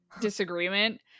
disagreement